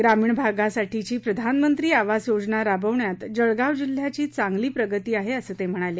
ग्रामीण भागासाठीची प्रधानमंत्री आवास योजना राबवण्यात जळगाव जिल्ह्याची चांगली प्रगती आहे असं ते म्हणाले